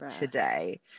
today